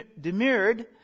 demurred